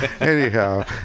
Anyhow